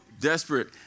desperate